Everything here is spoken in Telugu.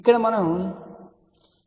ఇక్కడ మనం మైనస్ 9